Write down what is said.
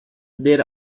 there